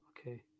Okay